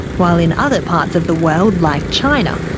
while in other parts of the world like china,